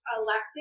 elected